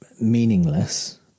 meaningless